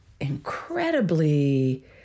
incredibly